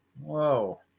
Whoa